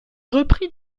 repris